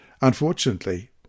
Unfortunately